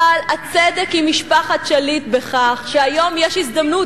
אבל הצדק עם משפחת שליט בכך שהיום יש הזדמנות,